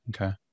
Okay